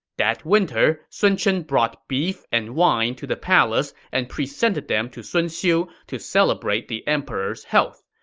that winter, sun chen brought beef and wine to the palace and presented them to sun xiu to celebrate the emperor's health.